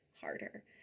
Harder